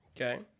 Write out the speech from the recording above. Okay